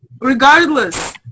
regardless